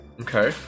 Okay